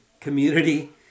Community